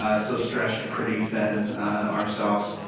ah so stretched pretty thin ourselves,